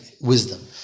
wisdom